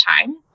time